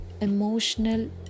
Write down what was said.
emotional